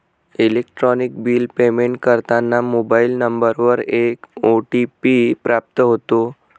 electronic bill payment करताना mobile नंबरवर एक ओ.टी.पी प्राप्त होतो